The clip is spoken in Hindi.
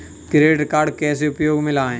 क्रेडिट कार्ड कैसे उपयोग में लाएँ?